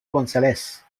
gonzález